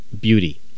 beauty